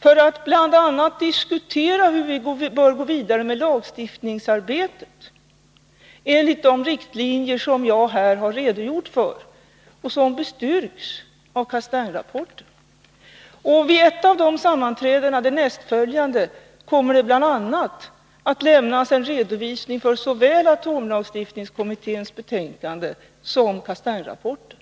för att bl.a. diskutera hur vi bör gå vidare med lagstiftningsarbetet enligt de riktlinjer jag här har redogjort för och som bestyrks av Castaingrapporten. Vid ett av de sammanträdena, det nästföljande, kommer det bl.a. att lämnas en redovisning av såväl atomlagstiftningskommitténs betänkande som Castaingrapporten.